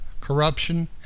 corruption